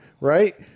right